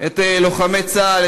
את לוחמי צה"ל,